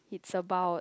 it's about